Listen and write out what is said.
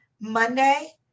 Monday